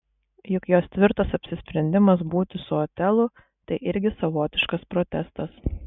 juk jos tvirtas apsisprendimas būti su otelu tai irgi savotiškas protestas